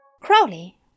Crowley